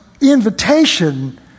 invitation